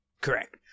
Correct